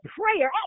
prayer